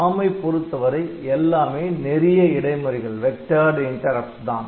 ARM ஐ பொறுத்தவரை எல்லாமே நெறிய இடைமறிகள் தான்